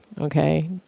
Okay